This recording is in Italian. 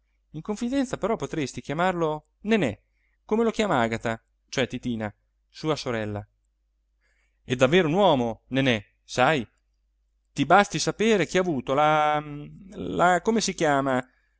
in confidenza però potresti chiamarlo nenè come lo chiama agata l'uomo solo luigi pirandello cioè titina sua sorella è davvero un uomo nenè sai ti basti sapere che ha avuto la la come si chiama